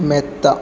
മെത്ത